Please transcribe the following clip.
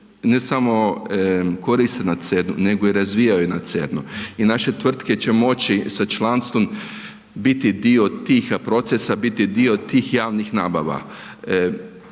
ne samo koriste na CERN-u, nego i razvijaju na CERN-u i naše tvrtke će moći sa članstvom biti dio tih procesa, biti dio tih javnih nabava.